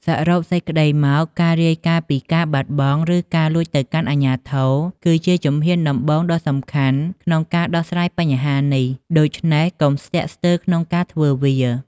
សរុបសេចក្ដីមក ការរាយការណ៍ពីការបាត់បង់ ឬការលួចទៅកាន់អាជ្ញាធរ គឺជាជំហានដំបូងដ៏សំខាន់ក្នុងការដោះស្រាយបញ្ហានេះ ដូច្នេះកុំស្ទាក់ស្ទើរក្នុងការធ្វើវា។